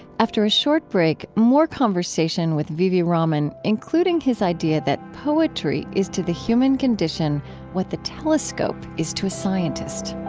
after a short break, more conversation with v v. raman, including his idea that poetry is to the human condition what the telescope is to the scientist